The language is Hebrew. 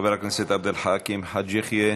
חבר הכנסת עבד אל חכים חאג' יחיא,